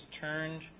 turned